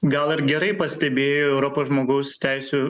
gal ir gerai pastebėjo europos žmogaus teisių